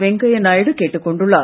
வெங்கய்யா நாயுடு கேட்டுக் கொண்டுள்ளார்